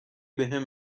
بهم